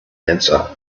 answer